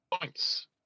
Points